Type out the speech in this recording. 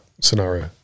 scenario